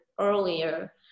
earlier